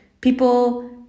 people